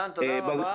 דן, תודה רבה.